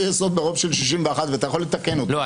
יסוד ברוב של 61 ואתה יכול לתקן אותם --- לא,